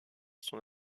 son